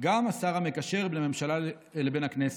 "גם השר המקשר בין הממשלה לבין הכנסת,